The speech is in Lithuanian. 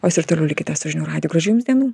o jūs ir toliau likite su žinių radiju gražių jums dienų